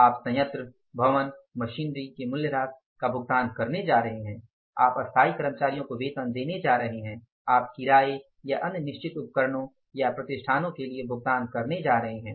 आप संयंत्र भवन मशीनरी के मूल्यह्रास का भुगतान करने जा रहे हैं आप स्थायी कर्मचारियों को वेतन देने जा रहे हैं आप किराए या अन्य निश्चित उपकरणों या प्रतिष्ठानों के लिए भुगतान करने जा रहे हैं